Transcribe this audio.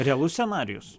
realus scenarijus